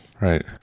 Right